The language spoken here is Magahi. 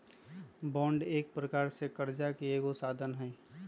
बॉन्ड एक प्रकार से करजा के एगो साधन हइ